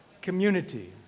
Community